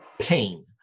pain